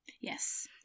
Yes